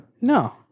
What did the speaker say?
No